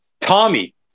Tommy